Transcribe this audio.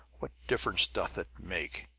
what difference doth it make,